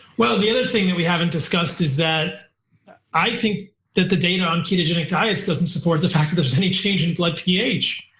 well the other thing that we haven't discussed is that i think that the data on ketogenic diets doesn't support the fact that there's any change in blood ph.